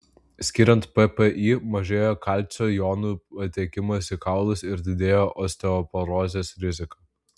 skiriant ppi mažėja kalcio jonų patekimas į kaulus ir didėja osteoporozės rizika